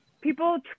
people